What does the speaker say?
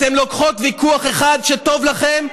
אתן לוקחות ויכוח אחד שטוב לכם,